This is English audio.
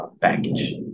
package